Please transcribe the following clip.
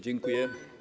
Dziękuję.